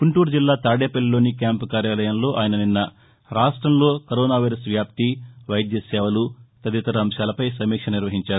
గుంటూరు జిల్లా తాదేపల్లిలోని క్యాంపు కార్యాలయంలో ఆయన నిన్న రాష్టంలో కరోనా వైరస్ వ్యాప్తి వైద్య సేవలు తదితర అంశాలపై సమీక్ష నిర్వహించారు